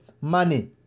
money